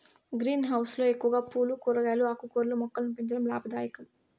green house లో ఎక్కువగా పూలు, కూరగాయలు, ఆకుకూరల మొక్కలను పెంచడం లాభదాయకం